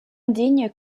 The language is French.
indigne